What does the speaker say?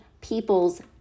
people's